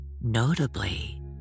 Notably